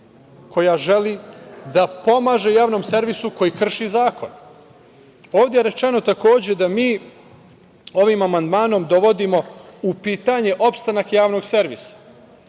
koja želi da pomaže javnom servisu koji krši zakon. Ovde je rečeno takođe da mi ovim amandmanom dovodimo u pitanje opstanak javnog servisa.